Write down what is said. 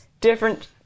different